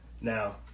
Now